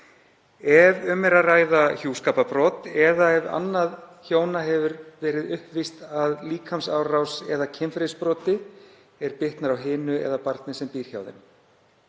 ef um er að ræða hjúskaparbrot eða ef annað hjóna hefur orðið uppvíst að líkamsárás eða kynferðisbroti er bitnar á hinu eða barni sem býr hjá